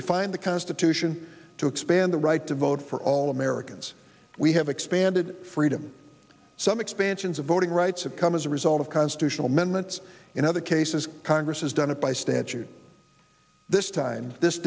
refined the constitution to expand the right to vote for all americans we have expanded freedom some expansions of voting rights have come as a result of constitutional amendments in other cases congress has done it by statute this time this